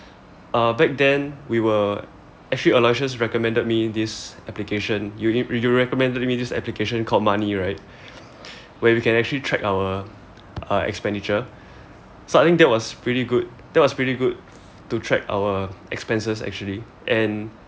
uh back then we were actually aloysius recommended me this application you recommended me this application called money right where we can actually track our uh expenditure so I think that was pretty good that was pretty good to track our expenses actually and